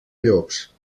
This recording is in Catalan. llops